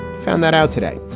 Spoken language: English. found that out today.